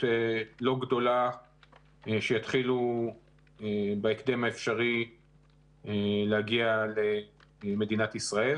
לא גדולה שיתחילו בהקדם האפשרי להגיע למדינת ישראל,